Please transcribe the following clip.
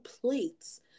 plates